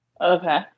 okay